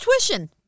tuition